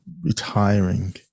retiring